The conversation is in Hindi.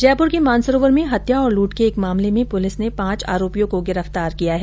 जयपुर के मानसरोवर में हत्या और लूट के एक मामले में पुलिस ने पांच आरोपियों को गिरफ्तार किया हैं